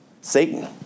Satan